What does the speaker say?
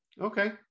okay